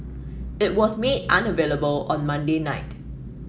it was made unavailable on Monday night